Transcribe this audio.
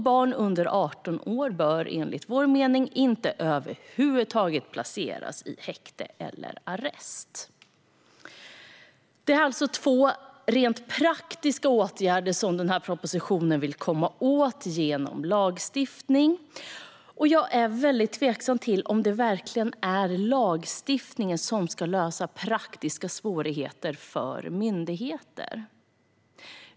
Barn under 18 år bör enligt vår mening över huvud taget inte placeras i häkte eller arrest. Det är alltså två rent praktiska åtgärder som propositionen vill komma åt genom lagstiftning. Jag är tveksam till om det verkligen är lagstiftningen som ska lösa praktiska svårigheter för myndigheter.